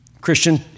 Christian